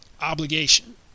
obligation